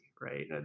right